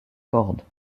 cordes